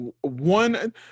One